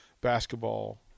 basketball